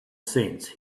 sense